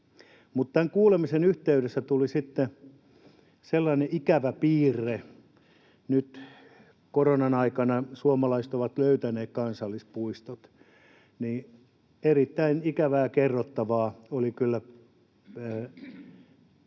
tämän kuulemisen yhteydessä tuli sitten sellainen ikävä piirre: nyt koronan aikana suomalaiset ovat löytäneet kansallispuistot, ja erittäin ikävää kerrottavaa oli kyllä